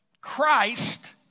Christ